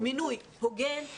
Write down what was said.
מינוי הוגן,